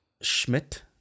Schmidt